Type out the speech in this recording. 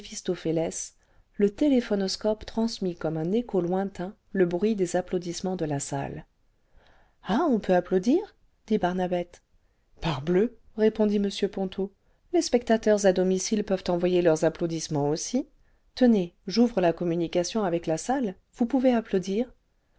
le téléphonoscope transmit comme un écho lointain le bruit des applaudissements de la salle ah on peut applaudir dit barnabette parbleu répondit m ponto les spectateurs à domicile peuvent envoyer leurs applaudissements aussi tenez j'ouvre la communication avec la salle vous pouvez applaudir